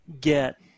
get